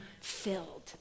filled